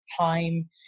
time